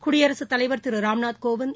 குடியரசுத் தலைவா் திரு ராம்நாத் கோவிந்த்